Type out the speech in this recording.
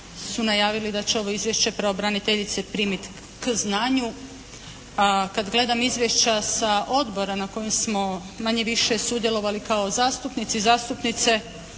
su najavili da će ovo Izvješće pravobraniteljice primi k znanju. A kad gledam izvješća sa odbora na kojem smo manje-više sudjelovali kao zastupnici i zastupnice